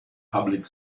public